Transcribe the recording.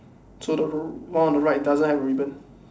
so the one on the right doesn't have ribbon